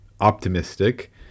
optimistic